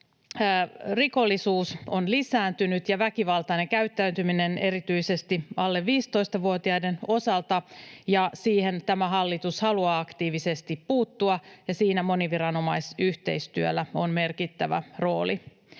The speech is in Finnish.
rikollisuus ja väkivaltainen käyttäytyminen on lisääntynyt erityisesti alle 15-vuotiaiden osalta. Siihen tämä hallitus haluaa aktiivisesti puuttua, ja siinä moniviranomaisyhteistyöllä on merkittävä rooli.